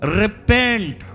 repent